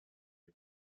les